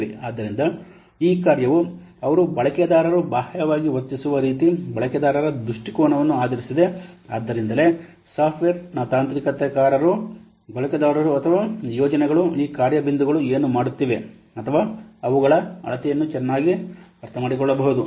ಆದ್ದರಿಂದ ಈ ಕಾರ್ಯವು ಅವರು ಬಳಕೆದಾರರು ಬಾಹ್ಯವಾಗಿ ವರ್ತಿಸುವ ರೀತಿ ಬಳಕೆದಾರರ ದೃಷ್ಟಿಕೋನವನ್ನು ಆಧರಿಸಿದೆ ಆದ್ದರಿಂದಲೇ ಸಾಫ್ಟ್ವೇರ್ನ ತಾಂತ್ರಿಕೇತರ ಬಳಕೆದಾರರು ಅಥವಾ ಯೋಜನೆಗಳು ಈ ಕಾರ್ಯ ಬಿಂದುಗಳು ಏನು ಮಾಡುತ್ತಿವೆ ಅಥವಾ ಅವುಗಳ ಅಳತೆಯನ್ನು ಚೆನ್ನಾಗಿ ಅರ್ಥಮಾಡಿಕೊಳ್ಳಬಹುದು